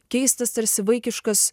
keistas tarsi vaikiškas